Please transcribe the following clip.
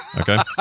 okay